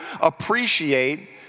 appreciate